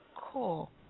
Cool